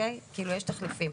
יש תחליפים.